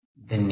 धन्यवाद